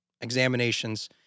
examinations